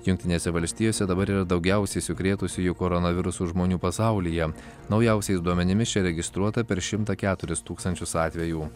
jungtinėse valstijose dabar yra daugiausiai užsikrėtusiųjų koronavirusu žmonių pasaulyje naujausiais duomenimis čia registruota per šimtą keturis tūkstančius atvejų